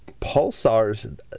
pulsars